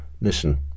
listen